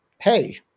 hey